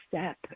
step